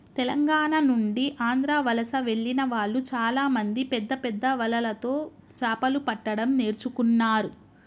తెలంగాణ నుండి ఆంధ్ర వలస వెళ్లిన వాళ్ళు చాలామంది పెద్దపెద్ద వలలతో చాపలు పట్టడం నేర్చుకున్నారు